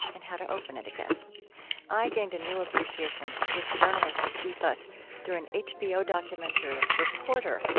and how to open it again i gained a new appreciation for his journalistic ethos through an hbo documentary, reporter,